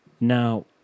Now